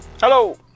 Hello